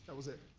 that was it,